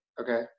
Okay